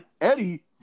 Eddie